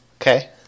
Okay